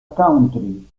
country